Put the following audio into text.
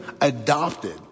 adopted